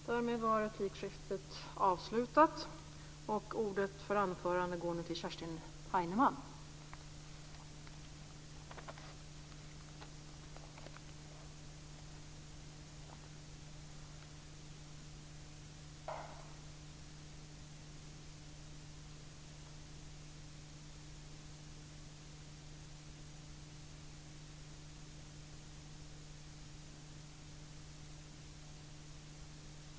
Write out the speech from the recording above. Fru talman!